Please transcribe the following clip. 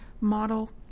model